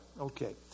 okay